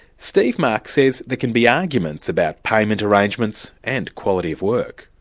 steve mark says there can be arguments about payment arrangements and quality of work.